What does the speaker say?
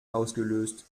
ausgelöst